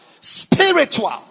Spiritual